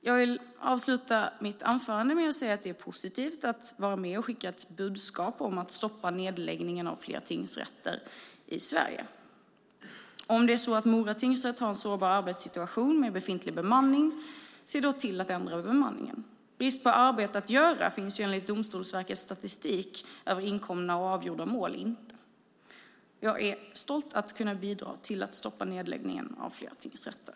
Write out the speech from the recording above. Jag vill avsluta mitt anförande med att säga att det är positivt att vara med och skicka ett budskap om att stoppa nedläggningen av fler tingsrätter i Sverige. Om det är så att Mora tingsrätt har en sårbar arbetssituation med befintlig bemanning se då till att ändra bemanningen. Brist på arbete finns ju enligt Domstolsverkets statistik över inkomna och avgjorda mål inte. Jag är stolt över att kunna bidra till att stoppa nedläggningen av fler tingsrätter.